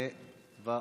מוותר.